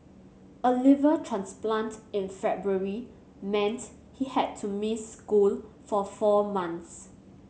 a liver transplant in February meant he had to miss school for four months